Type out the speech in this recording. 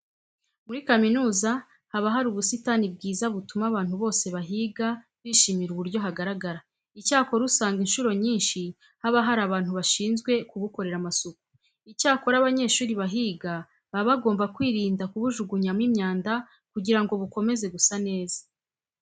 Muri kaminuza haba hari ubusitani bwiza butuma abantu bose bahiga bishimira uburyo hagaragara. Icyakora usanga incuro nyinshi haba hari abantu bashinzwe kubukorera amasuku. Icyakora abanyeshuri bahiga baba bagomba kwirinda kubujugunyamo imyanda kugira ngo bukomeze gusa neza.